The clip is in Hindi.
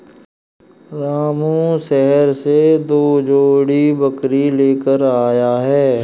रामू शहर से दो जोड़ी बकरी लेकर आया है